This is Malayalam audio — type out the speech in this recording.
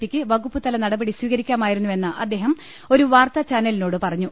പി യ്ക്ക് വകുപ്പുതല നടപടി സ്വീകരിക്കാമായിരുന്നുവെന്ന് അദ്ദേഹം ഒരു വാർത്താചാ നലിനോട് പറഞ്ഞു